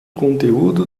conteúdo